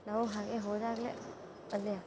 ನಾವು ಹಾಗೆ ಹೋದಾಗಲೆ ಒಳ್ಳೆಯ